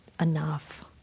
enough